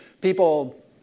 people